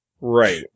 Right